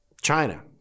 China